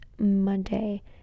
Monday